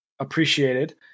Appreciated